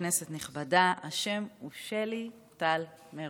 כנסת נכבדה, השם הוא שלי טל מירון,